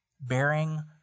Bearing